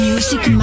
Music